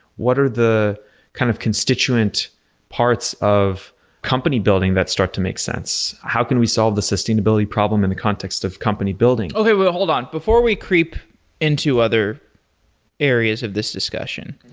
what are the kind of constituent parts of company building that start to make sense? how can we solve the sustainability problem and the context of company building? okay. hold on. before we creep into other areas of this discussion,